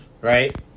right